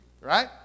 right